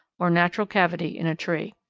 or natural cavity in a tree.